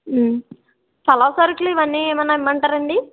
ఫలవ్ సరుకులు ఇవన్ని ఏమన్న ఇమ్మంటరండి